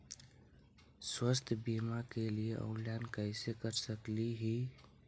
स्वास्थ्य बीमा के लिए ऑनलाइन कैसे कर सकली ही?